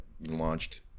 launched